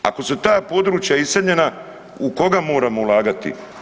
Ako su ta područja iseljena u koga moramo ulagati?